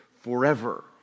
forever